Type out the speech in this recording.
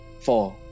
four